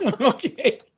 Okay